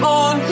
on